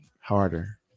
Harder